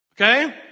Okay